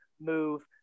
move